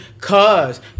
cause